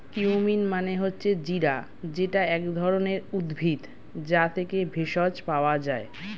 cumin মানে হচ্ছে জিরা যেটা এক ধরণের উদ্ভিদ, যা থেকে ভেষজ পাওয়া যায়